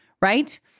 Right